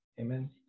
Amen